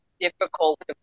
difficult